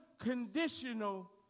unconditional